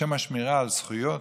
בשם השמירה על זכויות.